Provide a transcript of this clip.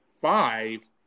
five